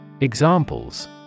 Examples